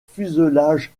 fuselage